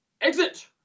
Exit